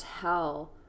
tell